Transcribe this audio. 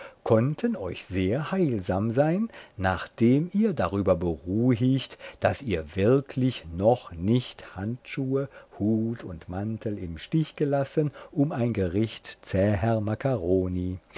konnten euch sehr heilsam sein nachdem ihr darüber beruhigt daß ihr wirklich noch nicht handschuhe hut und mantel im stich gelassen um ein gericht zäher makkaroni